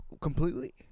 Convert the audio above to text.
completely